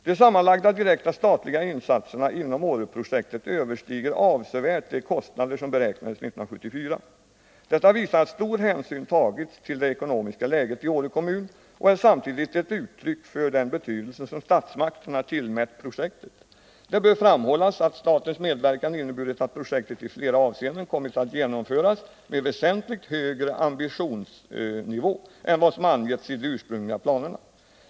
De sammanlagda direkta statliga insatserna inom Åreprojektet överstiger avsevärt de kostnader som beräknades 1974. Detta visar att stor hänsyn tagits till det ekonomiska läget i Åre kommun, och det är samtidigt ett uttryck för den betydelse som statsmakterna tillmätt projektet. Det bör framhållas att statens medverkan inneburit att projektet i flera avseenden kommit att genomföras med väsentligt högre ambitionsnivå än vad som angetts i de ursprungliga planerna.